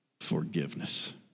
forgiveness